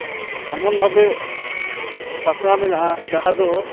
ᱮᱢᱚᱱ ᱵᱷᱟᱵᱮ ᱯᱟᱥᱱᱟᱣ ᱢᱮᱱᱟᱜᱼᱟ ᱡᱟᱦᱟᱸ ᱫᱚ